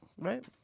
right